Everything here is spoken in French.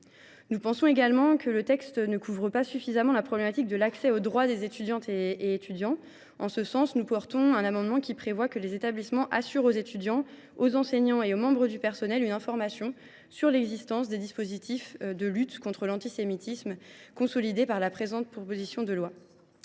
Nous pensons également que la présente proposition de loi ne couvre pas suffisamment la problématique de l’accès aux droits des étudiantes et des étudiants. En ce sens, nous défendrons un amendement tendant à prévoir que les établissements assurent aux étudiants, aux enseignants et aux membres du personnel une information sur l’existence des dispositifs de lutte contre l’antisémitisme, consolidés par la présente proposition de loi.